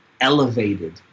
elevated